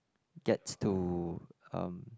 gets to um